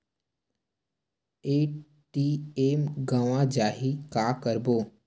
ATM गवां जाहि का करबो?